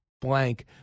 blank